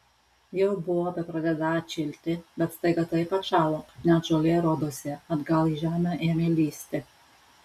jau buvo bepradedą atšilti bet staiga taip atšalo kad net žolė rodosi atgal į žemę ėmė lįsti